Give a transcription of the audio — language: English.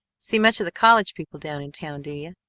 see much of the college people down in town do you?